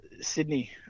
Sydney